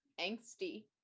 angsty